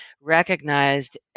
recognized